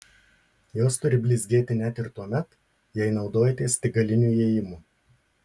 jos turi blizgėti net ir tuomet jei naudojatės tik galiniu įėjimu